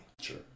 Sure